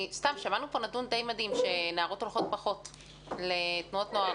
שמענו פה נתון די מדהים שפחות בנות הולכות לתנועות נוער,